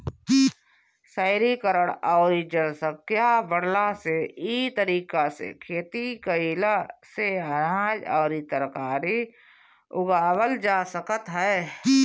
शहरीकरण अउरी जनसंख्या बढ़ला से इ तरीका से खेती कईला से अनाज अउरी तरकारी उगावल जा सकत ह